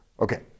Okay